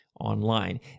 online